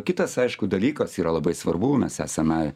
kitas aišku dalykas yra labai svarbu mes esame